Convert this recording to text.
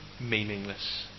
meaningless